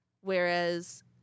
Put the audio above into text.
whereas